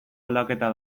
aldaketa